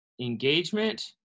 engagement